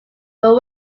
but